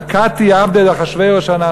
אכתי עבדי אחשוורוש אנן,